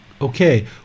okay